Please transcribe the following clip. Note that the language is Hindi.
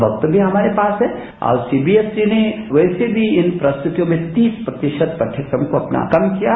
वक्त भी हमारे पास है और सीबीएसई ने वैसे भी इन प्रस्तुतियों में तीस प्रतिशत पाठ्यक्रम को अपना कम किया है